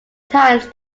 times